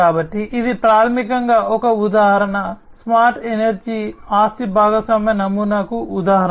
కాబట్టి ఇది ప్రాథమికంగా ఒక ఉదాహరణ స్మార్ట్ ఎనర్జీ ఆస్తి భాగస్వామ్య నమూనాకు ఒక ఉదాహరణ